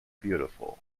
beautiful